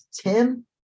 Tim